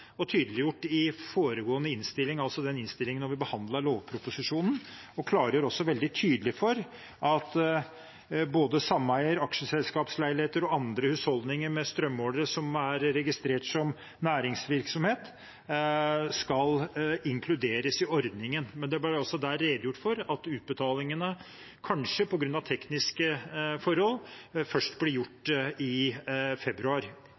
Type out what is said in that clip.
foregående innstilling – altså den innstillingen der vi behandlet lovproposisjonen – som også klargjør veldig tydelig at både sameier, aksjeselskapsleiligheter og andre husholdninger med strømmålere som er registrert som næringsvirksomhet, skal inkluderes i ordningen. Det ble der også redegjort for at utbetalingene kanskje, på grunn av tekniske forhold, først blir gjort i februar,